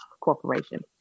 Corporation